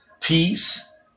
peace